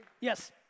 Yes